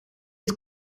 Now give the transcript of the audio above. het